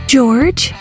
George